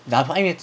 ya so 因为